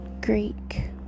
Greek